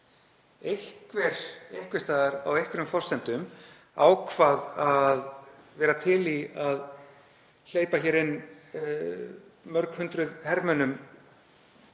Einhver einhvers staðar á einhverjum forsendum ákvað að vera til í að hleypa inn mörg hundruð hermönnum